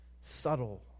subtle